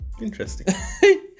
Interesting